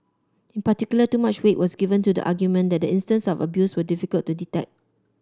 in particular too much weight was given to the argument that the instances of abuse were difficult to detect